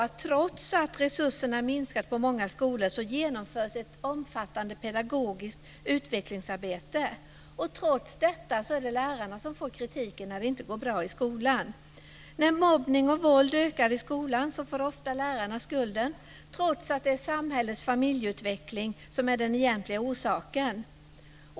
Trots att resurserna minskat på många skolor genomförs ett omfattande pedagogiskt utvecklingsarbete. Trots detta är det lärarna som får kritik när det inte går bra i skolan. När mobbning och våld ökar i skolan får ofta lärarna skulden, trots att det är familjeutvecklingen i samhället som är den egentliga orsaken.